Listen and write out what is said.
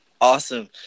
Awesome